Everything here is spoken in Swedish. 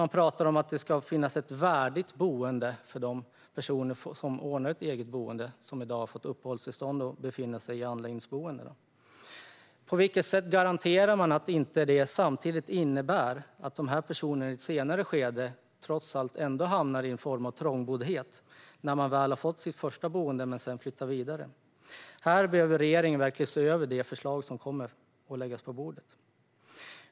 Man pratar om att det ska finnas ett värdigt boende för de personer som ordnar ett eget boende, som i dag har fått uppehållstillstånd och befinner sig i anläggningsboenden. På vilket sätt garanterar man att det inte innebär att dessa personer i ett senare skede ändå hamnar i en form av trångboddhet, när de har fått sitt första boende och sedan flyttar vidare? Regeringen behöver verkligen se över det förslag som kommer att läggas på bordet.